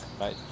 Right